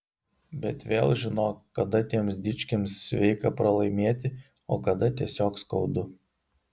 bet vėl žinok kada tiems dičkiams sveika pralaimėti o kada tiesiog skaudu